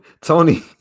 Tony